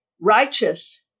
righteous